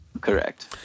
Correct